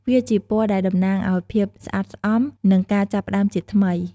វាជាពណ៌ដែលតំណាងឱ្យ ភាពស្អាតស្អំ និងការចាប់ផ្ដើមជាថ្មី។